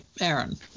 Aaron